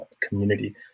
community